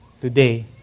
today